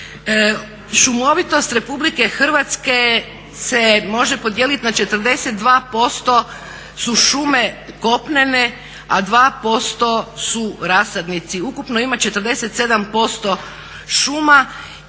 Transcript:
Šumovitost Republike Hrvatske se može podijeliti na 42% su šume kopnene a 2% su rasadnici. Ukupno ima 47% šuma